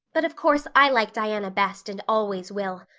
but of course i like diana best and always will.